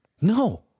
No